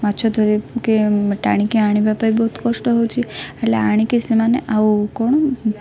ମାଛ ଧରିକି ଟାଣିକି ଆଣିବା ପାଇଁ ବହୁତ କଷ୍ଟ ହେଉଛି ହେଲେ ଆଣିକି ସେମାନେ ଆଉ କ'ଣ